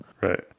Right